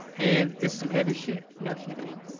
and it's some heavy shit no kidding.